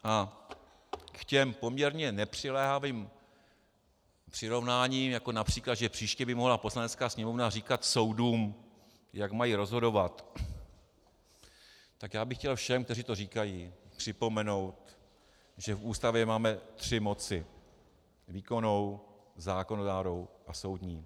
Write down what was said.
A k těm poměrně nepřiléhavým přirovnáním, jako například, že příště by mohla Poslanecká sněmovna říkat soudům, jak mají rozhodovat, bych chtěl všem, kteří to říkají, připomenout, že v Ústavě máme tři moci: výkonnou, zákonodárnou a soudní.